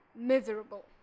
miserable